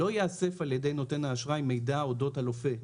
לא ייאסף על ידי נותן האשראי מידע אודות הלווה,